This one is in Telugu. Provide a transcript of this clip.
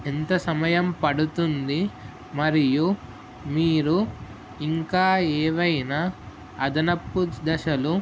ఎంత సమయం పడుతుంది మరియు మీరు ఇంకా ఏవైనా అదనపు దశలు